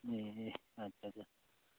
ए अच्छा अच्छा